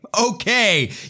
Okay